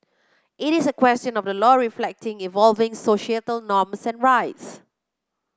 it is a question of the law reflecting evolving societal norms and rights